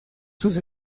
sus